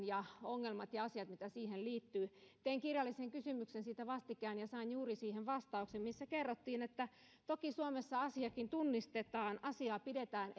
ja ongelmat ja asiat mitä siihen liittyy tein kirjallisen kysymyksen siitä vastikään ja sain juuri siihen vastauksen missä kerrottiin että toki suomessa asia tunnistetaan asiaa pidetään